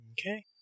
Okay